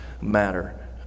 matter